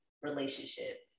relationship